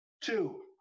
two